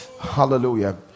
Hallelujah